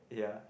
ya